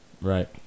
Right